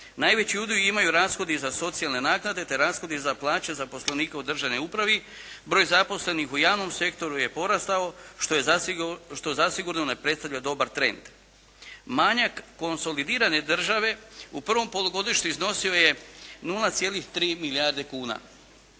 Najveći udio imaju rashodi za socijalne naknade, te rashodi za plaće zaposlenika u državnoj upravi, broj zaposlenih u javnom sektoru je porastao što zasigurno ne predstavlja dobar trend. Manjak konsolidirane države u prvom polugodištu iznosio je 0,3 milijarde kuna.